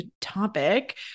topic